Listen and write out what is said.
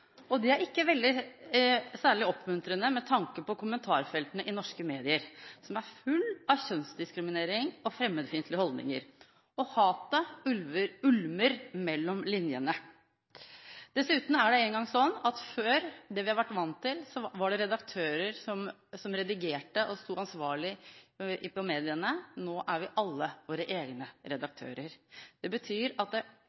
er ikke særlig oppmuntrende med tanke på kommentarfeltene i norske medier som er fulle av kjønnsdiskriminering og fremmedfiendtlige holdninger, og hvor hatet ulmer mellom linjene. Dessuten er det engang sånn at før – det vi har vært vant til – var det redaktører som redigerte og sto ansvarlig i mediene, nå er vi alle våre egne redaktører. Det betyr at alt slippes ut, med de konsekvensene det har. Derfor er det